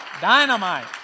Dynamite